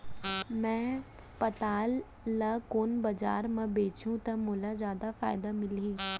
मैं पताल ल कोन बजार म बेचहुँ त मोला जादा फायदा मिलही?